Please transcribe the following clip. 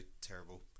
terrible